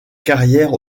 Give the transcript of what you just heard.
carrière